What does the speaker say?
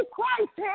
Christ